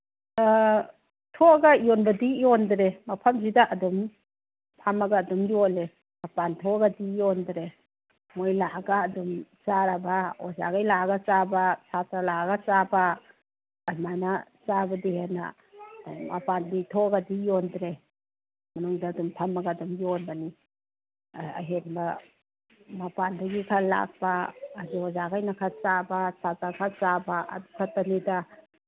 ꯊꯣꯛꯑꯒ ꯌꯣꯟꯕꯗꯤ ꯌꯣꯟꯗꯔꯦ ꯃꯐꯝꯁꯤꯗ ꯑꯗꯨꯝ ꯐꯝꯃꯒ ꯑꯗꯨꯝ ꯌꯣꯜꯂꯦ ꯃꯄꯥꯟ ꯊꯣꯛꯑꯒꯗꯤ ꯌꯣꯟꯗꯔꯦ ꯃꯣꯏ ꯂꯥꯛꯑꯒ ꯑꯗꯨꯝ ꯆꯥꯔꯕ ꯑꯣꯖꯥꯈꯩ ꯂꯥꯛꯑꯒ ꯆꯥꯕ ꯁꯥꯇ꯭ꯔ ꯂꯥꯛꯑꯒ ꯆꯥꯕ ꯑꯗꯨꯃꯥꯏꯅ ꯆꯥꯕꯗꯩ ꯍꯦꯟꯅ ꯃꯄꯥꯟꯗꯤ ꯊꯣꯛꯑꯒꯗꯤ ꯌꯣꯟꯗ꯭ꯔꯦ ꯃꯅꯨꯡꯗ ꯑꯗꯨꯝ ꯐꯝꯃꯒ ꯑꯗꯨꯝ ꯌꯣꯟꯕꯅꯤ ꯑꯍꯦꯟꯕ ꯃꯄꯥꯟꯗꯒꯤ ꯈꯔ ꯂꯥꯛꯄ ꯑꯗꯨꯒ ꯑꯣꯖꯥꯒꯩꯅ ꯈꯔ ꯆꯥꯕ ꯁꯥꯇ꯭ꯔꯅ ꯈꯔ ꯆꯥꯕ ꯑꯗꯨꯈꯇꯅꯤꯗ